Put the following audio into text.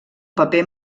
paper